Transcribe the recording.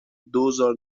دوزار